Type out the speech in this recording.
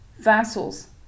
vassals